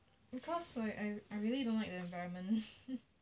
cause like I really don't like the environment